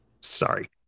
sorry